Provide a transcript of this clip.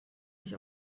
sich